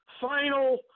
final